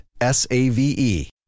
S-A-V-E